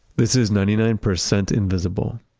this is ninety nine percent invisible.